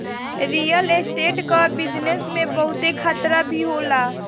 real estate कअ business में बहुते खतरा भी होला